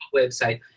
website